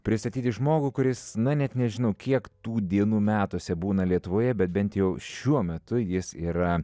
pristatyti žmogų kuris na net nežinau kiek tų dienų metuose būna lietuvoje bet bent jau šiuo metu jis yra